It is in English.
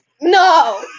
No